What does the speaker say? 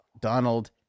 Donald